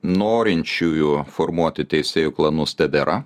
norinčiųjų formuoti teisėjų klanus tebėra